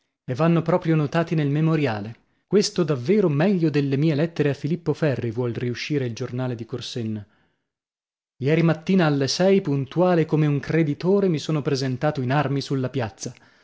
e vanno proprio notati nel memoriale questo davvero meglio delle mie lettere a filippo ferri vuol riuscire il giornale di corsenna ieri mattina alle sei puntuale come un creditore mi sono presentato in armi sulla piazza